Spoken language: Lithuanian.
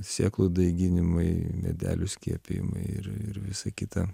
sėklų daiginimai medelių skiepijimai ir ir visa kita